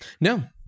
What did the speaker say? No